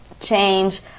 change